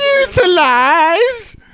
Utilize